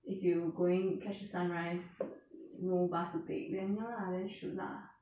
if you going catch the sunrise no bus to take then ya lah then should lah